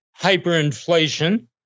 hyperinflation